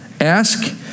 Ask